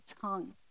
tongue